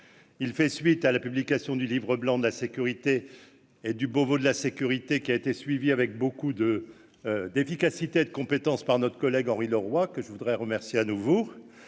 il fait suite à la publication du Livre blanc de la sécurité et du Beauvau de la sécurité qui a été suivi avec beaucoup de d'efficacité et de compétence par notre collègue Henri Leroy que je voudrais remercier à nouveau